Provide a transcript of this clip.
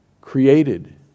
created